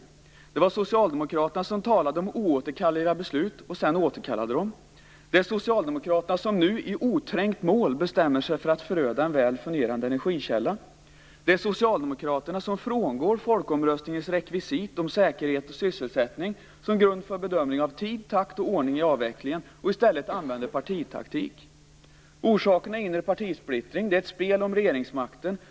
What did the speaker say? Det var Socialdemokraterna som talade om oåterkalleliga beslut och sedan återkallade dem. Det är Socialdemokraterna som nu i oträngt mål bestämmer sig för att föröda en väl fungerande energikälla. Det är Socialdemokraterna som frångår folkomröstningens rekvisit om säkerhet och sysselsättning som grund för bedömningen av tid, takt och ordning i avvecklingen och i stället använder partitaktik. Orsakerna är inre partisplittring. Det är ett spel om regeringsmakten.